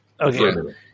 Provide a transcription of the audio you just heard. Okay